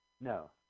no